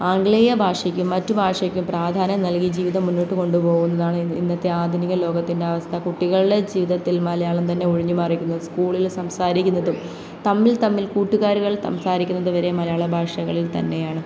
ആംഗലേയ ഭാഷയ്ക്കും മറ്റു ഭാഷയ്ക്കും പ്രാധാന്യം നൽകി ജീവിതം മുന്നോട്ട് കൊണ്ടുപോകുന്നതാണ് ഇന്നത്തെ ആധുനിക ലോകത്തിൻ്റെ അവസ്ഥ കുട്ടികളുടെ ജീവിതത്തിൽ മലയാളം തന്നെ ഒഴിഞ്ഞു മാറിയിരിക്കുന്നു സ്കൂളിൽ സംസാരിക്കുന്നതും തമ്മിൽ തമ്മിൽ കൂട്ടുകാരുകൾ സംസാരിക്കുന്നത് വരെ മലയാള ഭാഷകളിൽ തന്നെയാണ്